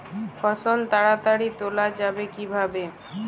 ফসল তাড়াতাড়ি তোলা যাবে কিভাবে?